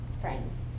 friends